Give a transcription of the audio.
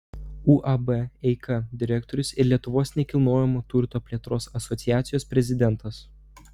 uab eika direktorius ir lietuvos nekilnojamojo turto plėtros asociacijos prezidentas